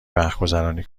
وقتگذرانی